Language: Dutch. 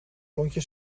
klontje